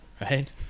right